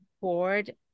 board